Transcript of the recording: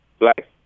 Black